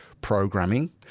programming